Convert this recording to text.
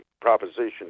Proposition